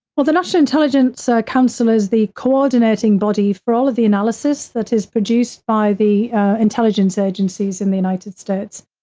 well, the national intelligence so council is the coordinating body for all of the analysis that is produced by the intelligence agencies in the united states.